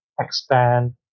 expand